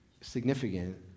significant